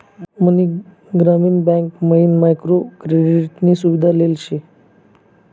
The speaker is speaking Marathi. मनी ग्रामीण बँक मयीन मायक्रो क्रेडिट नी सुविधा लेल शे